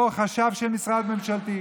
או חשב של משרד ממשלתי.